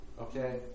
okay